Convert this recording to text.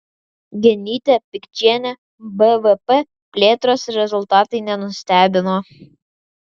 genytė pikčienė bvp plėtros rezultatai nenustebino